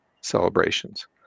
celebrations